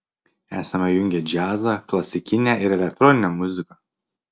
esame jungę džiazą klasikinę ir elektroninę muziką